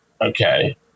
okay